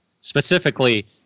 specifically